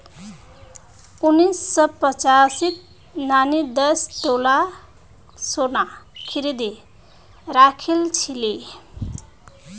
उन्नीस सौ पचासीत नानी दस तोला सोना खरीदे राखिल छिले